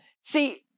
See